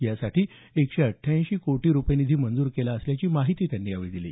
यासाठी एकशे अठ्ठयाऐंशी कोटी रुपये निधी मंजूर केला आहे अशी माहिती त्यांनी यावेळी दिली